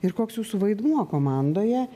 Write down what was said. ir koks jūsų vaidmuo komandoje